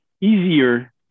easier